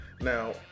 now